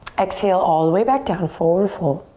exhale all the way back down, forward fold.